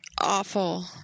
awful